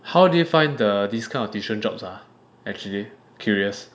how do you find the this kind of tuition jobs ah actually curious